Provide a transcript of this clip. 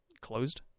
closed